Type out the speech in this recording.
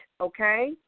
okay